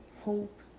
hope